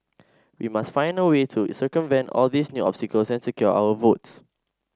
we must find a way to circumvent all these new obstacles and secure our votes